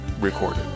recorded